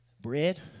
Bread